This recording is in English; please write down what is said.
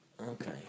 Okay